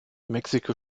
mexiko